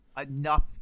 enough